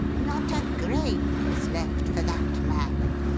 not a grain is left for that man.